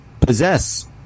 possess